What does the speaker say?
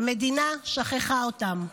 המדינה שכחה אותם,